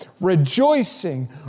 Rejoicing